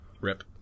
RIP